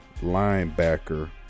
linebacker